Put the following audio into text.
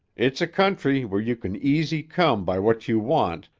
it's a country where you can easy come by what you want,